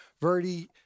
Verdi